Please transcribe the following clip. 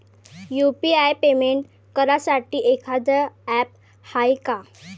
UPI payment करासाठी एखांद app हाय का?